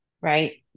right